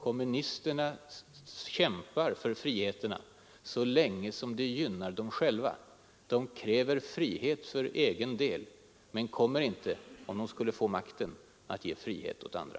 Kommunisterna kämpar för friheterna så länge som det gynnar dem själva. De kräver frihet för egen del men kommer inte, om de skulle få makten, att ge frihet åt andra.